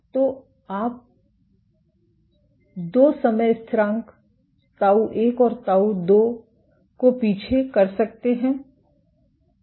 तो आप दो समय स्थिरांक ताऊ 1 और ताऊ 2 को पीछे कर सकते हैं